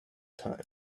time